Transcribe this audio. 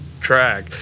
track